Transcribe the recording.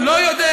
הוא לא יודע.